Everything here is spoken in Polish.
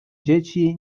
dzieci